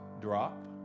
drop